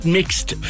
mixed